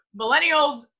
Millennials